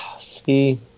See